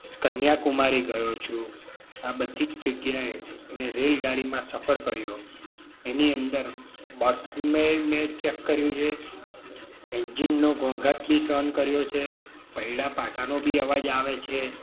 કન્યાકુમારી ગયો છું આ બધી જગ્યાએ મેં રેલ ગાડીમાં સફર કર્યો એની અંદર બર્થ મેં મેં ચેક કર્યુ છે એન્જિનનો ઘોંઘાટ બી સહન કર્યો છે પૈડાં પાટાનો બી અવાજ આવે છે